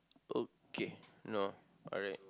okay no alright